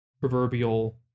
proverbial